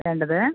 വേണ്ടത്